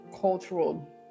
cultural